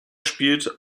spielt